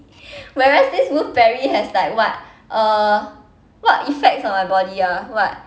whereas this wolfberry has like what uh what effects on my body ah what